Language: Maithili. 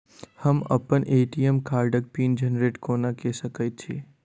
हम अप्पन ए.टी.एम कार्डक पिन जेनरेट कोना कऽ सकैत छी?